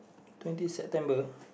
twenty September